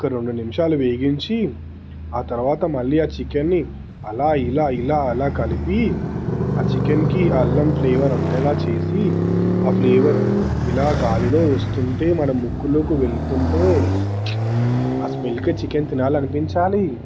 ఒక రెండు నిమిషాలు వేగించి ఆ తరువాత మళ్ళీ ఆ చికెన్ని అలా ఇలా ఇలా అలా కలిపి ఆ చికెన్కి అల్లం ఫ్లేవర్ అంటేలా చేసి ఆ ఫ్లేవర్ ఇలా గాలిలో వస్తుంటే మన ముక్కులోకి వెళుతుంటే ఆ స్మెల్కే చికెన్ తినాలని అనిపించాలి